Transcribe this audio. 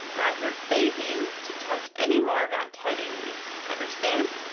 and i forbid you to tuch enny more of that teddys eats, understand?